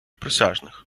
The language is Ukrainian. присяжних